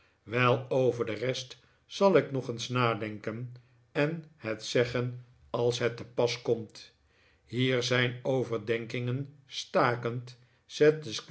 wel over de rest zal ik nog eens nadenken en het zeggen als het te pas komt hier zijn overdenkingen stakend zette